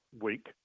week